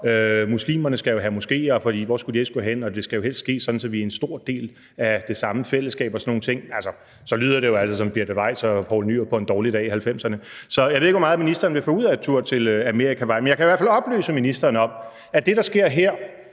muslimerne skal have moskéer, for hvor skulle de ellers gå hen, og det skal jo helst ske, sådan at vi er en stor del af det samme fællesskab og sådan nogle ting, så lyder det jo altså som Birte Weiss og Poul Nyrup Rasmussen på en dårlig dag i 1990'erne. Så jeg ved ikke, hvor meget ministeren vil få ud af en tur til Amerikavej. Men jeg kan i hvert fald oplyse ministeren om, at det, der sker her,